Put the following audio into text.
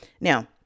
Now